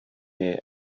here